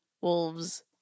Wolves